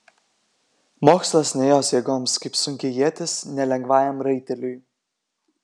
mokslas ne jos jėgoms kaip sunki ietis ne lengvajam raiteliui